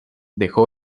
dejó